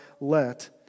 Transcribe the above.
let